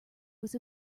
was